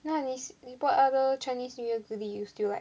那你喜 what other chinese new year goody you still like